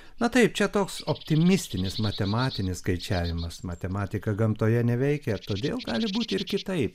na taip čia toks optimistinis matematinis skaičiavimas matematika gamtoje neveikia todėl gali būti ir kitaip